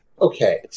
okay